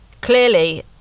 Clearly